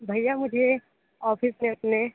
भैया मुझे ऑफिस में अपने